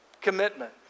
Commitment